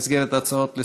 במסגרת הצעות לסדר-היום,